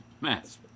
Mass*